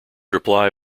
reply